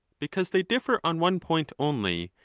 because they differ on one point only,